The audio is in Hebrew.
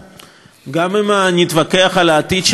גם אם נתווכח על העתיד של השטח הזה,